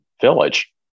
village